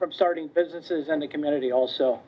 from starting businesses and the community also